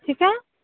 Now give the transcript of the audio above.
ᱪᱮᱠᱟ